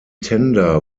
tender